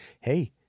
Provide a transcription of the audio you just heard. hey